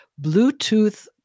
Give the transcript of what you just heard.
Bluetooth